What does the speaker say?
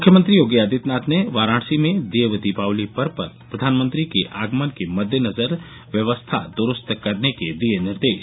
मुख्यमंत्री योगी आदित्यनाथ ने वाराणसी में देव दीपावली पर्व पर प्रधानमंत्री के आगमन के मददेनजर व्यवस्था द्रूस्त करने के दिये निर्देश